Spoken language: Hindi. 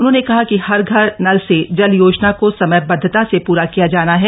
उन्होंने कह कि हर घर नल से जल योजन को समयबद्धत से प्र किय जाम है